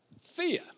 Fear